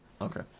Okay